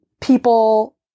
people